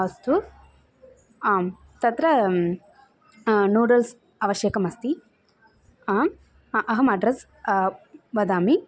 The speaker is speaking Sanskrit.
अस्तु आम् तत्र नूडल्स् आवश्यकमस्ति आम् अहम् अड्रेस् वदामि